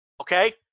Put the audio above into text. okay